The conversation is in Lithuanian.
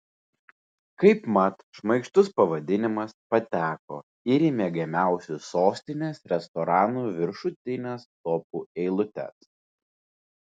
kaip mat šmaikštus pavadinimas pateko ir į mėgiamiausių sostinės restoranų viršutines topų eilutes